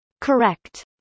Correct